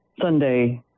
Sunday